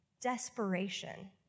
desperation